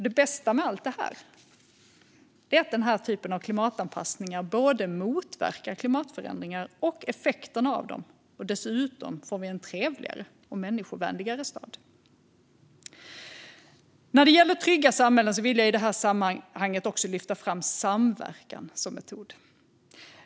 Det bästa med allt detta är att den här typen av klimatanpassningar motverkar både klimatförändringar och effekterna av dem. Dessutom får vi en trevligare och människovänligare stad. När det gäller trygga samhällen vill jag i det här sammanhanget också lyfta fram samverkan som metod.